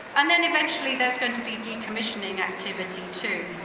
and then eventually, there's going to be decommissioning activity too.